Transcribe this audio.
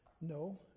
No